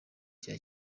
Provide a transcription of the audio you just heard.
cya